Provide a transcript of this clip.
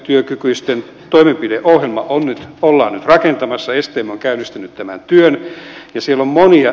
osatyökykyisten toimenpideohjelmaa ollaan nyt rakentamassa stm on käynnistänyt tämän työn